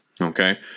Okay